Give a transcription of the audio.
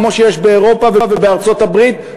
כמו שיש באירופה ובארצות-הברית.